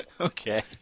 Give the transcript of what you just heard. Okay